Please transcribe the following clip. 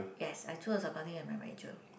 yes I choose accounting as my major